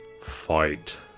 fight